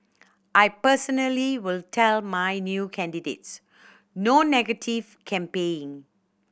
I personally will tell my new candidates no negative campaigning